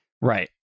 Right